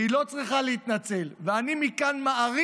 והיא לא צריכה להתנצל, ואני מעריך